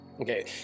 Okay